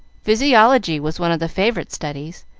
physiology was one of the favorite studies,